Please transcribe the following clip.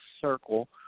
circle